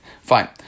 Fine